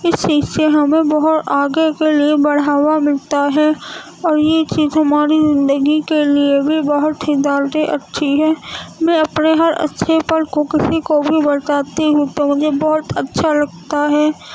اس چیز سے ہمیں بہت آگے کے لیے بڑھاوا ملتا ہے اور یہ چیز ہماری زندگی کے لیے بھی بہت ہی زیادہ اچھی ہے میں اپنے ہر اچھے پل کو کسی کو بھی بتاتی ہوں تو مجھے بہت اچھا لگتا ہے